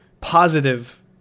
positive